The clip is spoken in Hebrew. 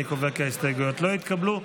אני קובע כי ההסתייגויות לא התקבלו.